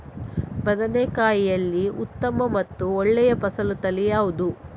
ಬದನೆಕಾಯಿಯಲ್ಲಿ ಉತ್ತಮ ಮತ್ತು ಒಳ್ಳೆಯ ಫಸಲು ತಳಿ ಯಾವ್ದು?